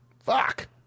Fuck